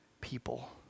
people